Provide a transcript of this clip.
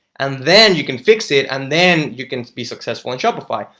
and then you can fix it and then you can be successful in shopify.